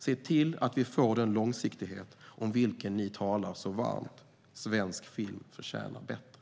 Se till att vi får den långsiktighet om vilken ni talar så varmt! Svensk film förtjänar bättre.